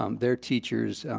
um their teachers,